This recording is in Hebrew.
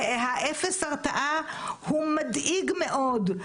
האפס הרתעה הוא מדאיג מאוד,